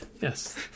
Yes